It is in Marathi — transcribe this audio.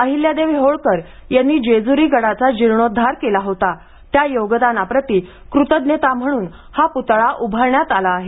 अहिल्यादेवी होळकर यांनी जेजुरी गडाचा जीर्णोद्धार केला होता त्या योगादानाप्रती कृतज्ञता म्हणून हा पुतळा उभारण्यात आला आहे